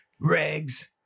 Regs